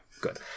Good